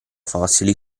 fossili